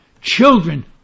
Children